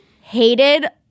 hated